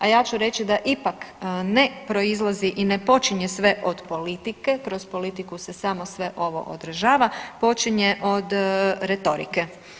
A ja ću reći da ipak ne proizlazi i ne počinje sve od politike, kroz politiku se samo sve ovo odražava, počinje od retorike.